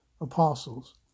apostles